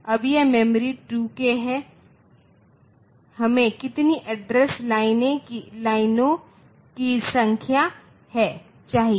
अब यह memory 2k है हमें कितनी एड्रेस लाइनों की संख्या चाहिए